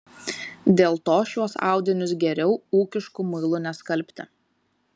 dėl to šiuos audinius geriau ūkišku muilu neskalbti